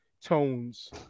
tones